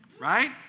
Right